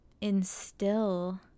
instill